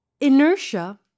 Inertia